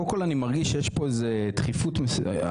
קודם כול, אני מרגיש שיש פה דחיפות היום.